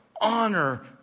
Honor